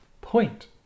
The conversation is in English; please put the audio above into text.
point